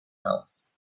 else